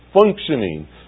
functioning